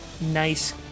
nice